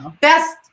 best